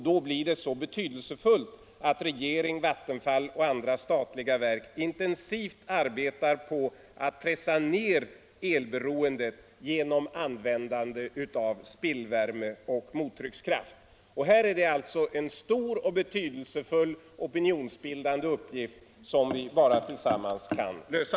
Då blir det så betydelsefullt att regeringen, Vattenfall och andra statliga verk intensivt arbetar på att pressa ned elberoendet genom användande av spillvärme och mottryckskraft. Detta är alltså en stor och viktig opinionsbildande uppgift som vi bara tillsammans kan lösa.